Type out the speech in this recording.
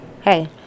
hey